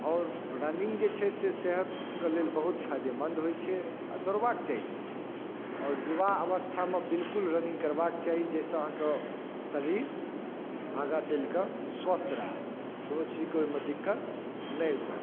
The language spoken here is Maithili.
आओर रनिङ्ग जे छै से सेहतके लेल बहुत फाइदेमन्द होइ छै आओर दौड़बाक चाही आओर युवा अवस्थामे बिलकुल रनिङ्ग करबाक चाही जाहिसँ अहाँके शरीर आगाँ चलिकऽ स्वस्थ रहै कोनो चीजके ओहिमे दिक्कत नहि हुअए